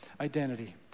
identity